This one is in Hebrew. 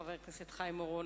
חבר הכנסת חיים אורון.